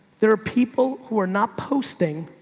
there are people who are not posting.